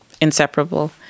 inseparable